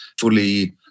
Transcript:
fully